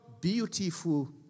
beautiful